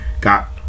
got